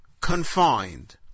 confined